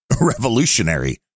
revolutionary